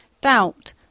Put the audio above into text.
doubt